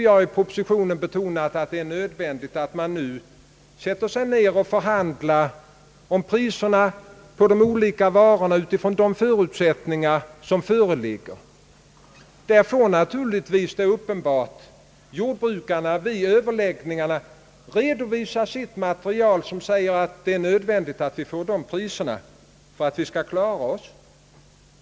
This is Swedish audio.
Jag har i propositionen betonat, att det är nödvändigt att man nu förhandlar om priserna på de olika varorna från de förutsättningar som föreligger. Därvid får naturligtvis — det är uppenbart — jordbrukarna redovisa sitt material, som skall visa att det är rödvändigt för dem att få vissa priser för att kunna klara sig.